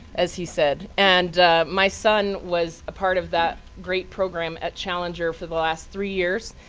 as he said. and my son was a part of that great program at challenger for the last three years.